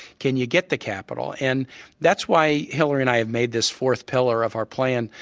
can you get the capital? and that's why hillary and i have made this fourth pillar of our plan,